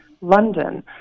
London